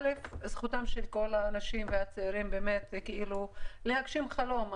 א', זכותם של כל האנשים, גם הצעירים, להגשים חלום.